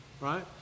right